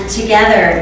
together